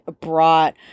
brought